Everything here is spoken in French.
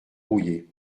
rouillé